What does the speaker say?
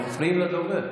אתם מפריעים לדובר.